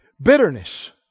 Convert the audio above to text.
Bitterness